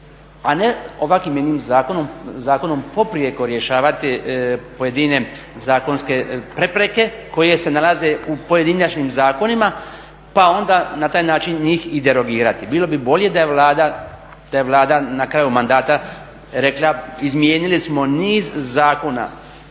a ne ovakvim jednim zakonom poprijeko rješavati pojedine zakonske prepreke koje se nalaze u pojedinačnim zakonima pa onda na taj način njih i derogirati. Bilo bi bolje da je Vlada na kraju mandata rekla izmijenili smo niz zakona,